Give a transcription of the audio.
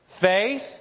Faith